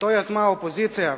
שיזמה האופוזיציה,